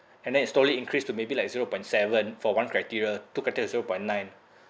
and then it slowly increase to maybe like zero point seven for one criteria two criteria is zero point nine